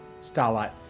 Starlight